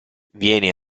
viene